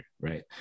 right